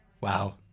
wow